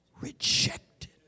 rejected